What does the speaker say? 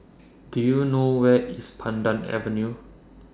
Do YOU know Where IS Pandan Avenue